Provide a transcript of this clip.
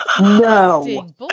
No